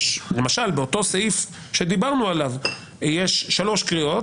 למשל באותו סעיף שדיברנו עליו יש שלוש קריאות,